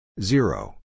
Zero